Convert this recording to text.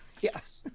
Yes